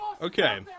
Okay